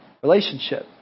Relationship